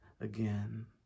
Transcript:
again